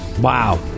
Wow